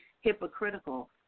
hypocritical